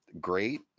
great